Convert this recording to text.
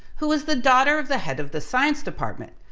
who was the daughter of the head of the science department,